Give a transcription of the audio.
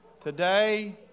Today